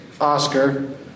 Oscar